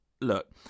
look